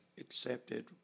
accepted